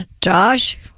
Josh